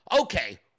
okay